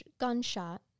gunshot